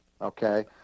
Okay